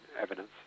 evidence